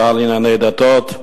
השר לענייני דתות,